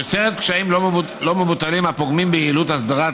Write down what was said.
יוצרת קשיים לא מבוטלים, הפוגמים ביעילות אסדרת